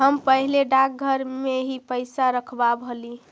हम पहले डाकघर में ही पैसा रखवाव हली